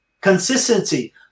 Consistency